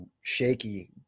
shaky